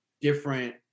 different